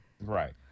right